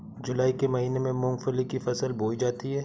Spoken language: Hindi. जूलाई के महीने में मूंगफली की फसल बोई जाती है